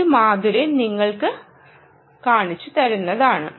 ഇത് മാധുരി നിങ്ങൾക്ക് കാണിച്ചു തരുന്നതാണ്